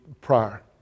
prior